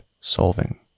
solving